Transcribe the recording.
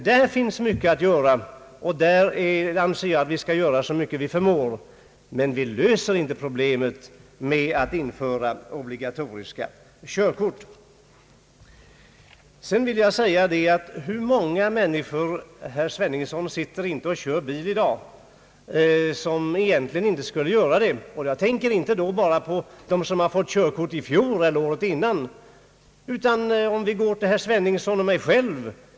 Här finns mycket att göra och jag anser att vi skall göra så mycket vi förmår. Men vi löser inte problemet med att införa provisoriska körkort. Hur många människor, herr Sveningsson, kör inte bil i dag, som egentligen inte borde göra det? Jag tänker då inte bara på dem som fått körkort i fjol eller året dessförinnan. Vi kan gå till herr Sveningsson och mig själv.